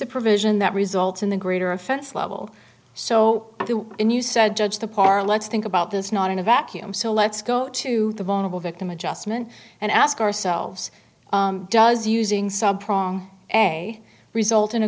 the provision that results in the greater offense level so when you said judge the par let's think about this not in a vacuum so let's go to the vulnerable victim adjustment and ask ourselves does using some prong a result in a